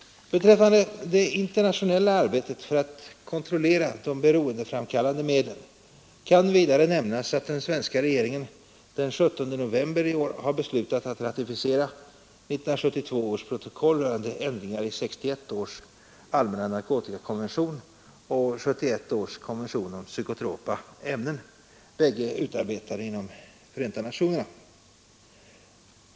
Beträffande det internationella arbetet för att kontrollera de beroendeframkallande medlen kan vidare nämnas att den svenska regeringen den 17 november 1972 har beslutat ratificera 1972 års protokoll rörande ändringar i 1961 års allmänna narkotikakonvention samt 1971 års konvention om psykotropa ämnen, båda utarbetade inom Förenta nationerna.